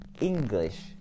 English